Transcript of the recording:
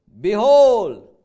Behold